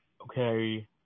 Okay